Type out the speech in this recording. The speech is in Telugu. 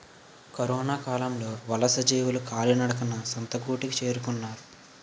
కరొనకాలంలో వలసజీవులు కాలినడకన సొంత గూటికి చేరుకున్నారు